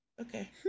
okay